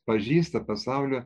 pažįsta pasaulio